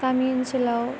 गामि ओनसोलाव